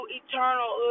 eternal